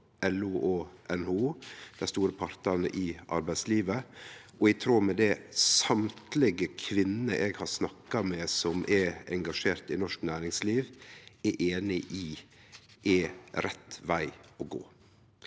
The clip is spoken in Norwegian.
LO og NHO, dei store partane i arbeidslivet, og i tråd med det alle kvinner eg har snakka med som er engasjerte i norsk næringsliv, er einige i at er rett veg å gå.